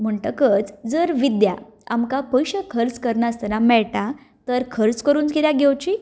म्हणटकच जर विद्या आमकां पयशे खर्च करनासतना मेळटा तर खर्च करून कित्याक घेवची